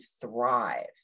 thrive